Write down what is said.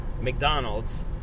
McDonald's